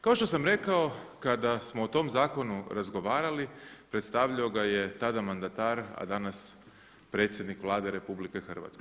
Kao što sam rekao kada smo o tom zakonu razgovarali predstavljao ga je tada mandatar a danas predsjednik Vlade RH.